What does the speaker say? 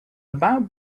about